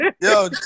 Yo